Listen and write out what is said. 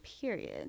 period